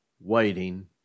waiting